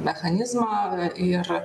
mechanizmą ir